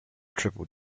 triple